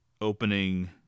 opening